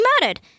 murdered